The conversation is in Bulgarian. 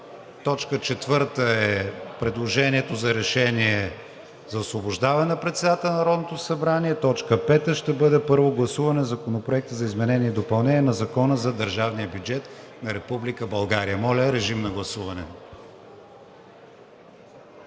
точка четвърта е предложението за Решение за освобождаване на председателя на Народното събрание, точка пета ще бъде Първо гласуване на Законопроекта за изменение и допълнение на Закона за държавния бюджет на Република България. Моля, режим на гласуване.